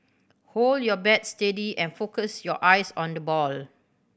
hold your bat steady and focus your eyes on the ball